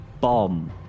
bomb